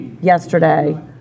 yesterday